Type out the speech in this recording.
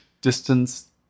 distance